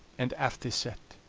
and aff they set.